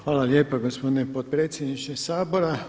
Hvala lijepa gospodine potpredsjedniče Sabora.